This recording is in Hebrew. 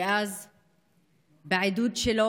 בעידוד שלו,